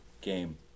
Game